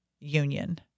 union